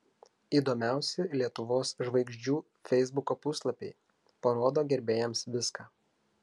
įdomiausi lietuvos žvaigždžių feisbuko puslapiai parodo gerbėjams viską